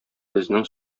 безнең